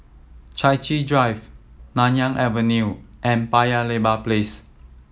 Chai Chee Drive Nanyang Avenue and Paya Lebar Place